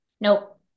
nope